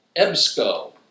EBSCO